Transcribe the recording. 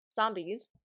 Zombies